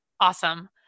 Awesome